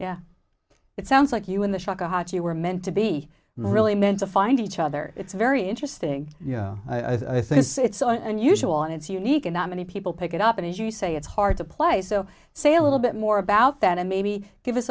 yeah it sounds like you in the shaka hot you were meant to be really meant to find each other it's very interesting yeah i think say it so and usual and it's unique and not many people pick it up and as you say it's hard to play so say a little bit more about that and maybe give us